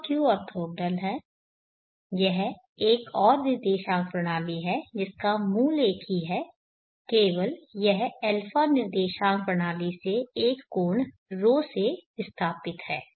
d और q orthogonal हैं यह एक और निर्देशांक प्रणाली है जिसका मूल एक ही है केवल यह α निर्देशांक प्रणाली से एक कोण ρ से विस्थापित है